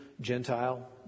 Gentile